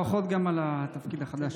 ברכות גם על התפקיד החדש.